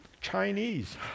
Chinese